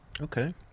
Okay